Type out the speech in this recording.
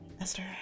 Esther